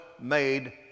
made